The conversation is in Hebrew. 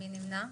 מי נמנע?